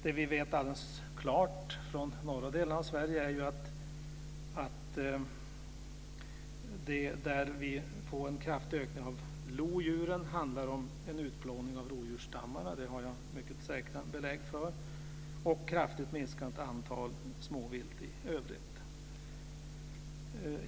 Vad vi från den norra delen av Sverige vet alldeles klart är att där vi får en kraftig ökning av lodjuren handlar det om en utplåning av rovdjursstammarna - det har jag mycket säkra belägg för - och ett kraftigt minskat antal småvilt i övrigt.